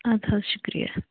اَدٕ حظ شُکریہ